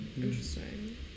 Interesting